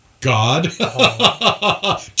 God